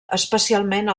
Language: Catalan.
especialment